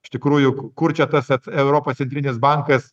iš tikrųjų kur čia tas kad europos centrinis bankas